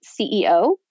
CEO